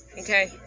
okay